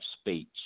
speech